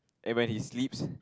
and when he sleeps